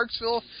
Parksville